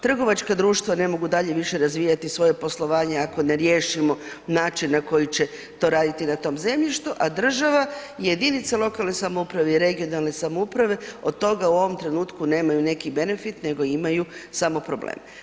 Trgovačka društva ne mogu dalje više razvijati svoje poslovanje ako ne riješimo način na koji će to raditi na tom zemljištu, a država i jedinica lokalne samouprave i regionalne samouprave od toga u ovom trenutku nemaju neki benefit nego imaju samo problem.